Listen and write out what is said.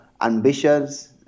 ambitious